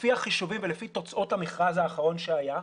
לפי החישובים ולפי תוצאות המכרז האחרון שהיה,